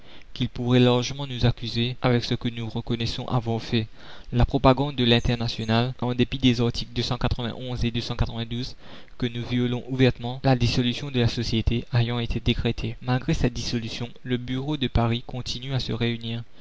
qu'il pourrait largement nous accuser avec ce que nous reconnaissons avoir fait la propagande de l'internationale en dépit des articles et que nous violons ouvertement la dissolution de la société ayant été décrétée malgré cette dissolution le bureau de paris continue à se réunir